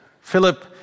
Philip